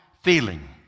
feeling